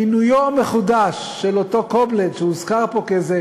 מינויו המחודש של אותו קובלנץ, שהוזכר פה כאיזה